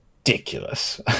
ridiculous